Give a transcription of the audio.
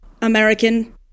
American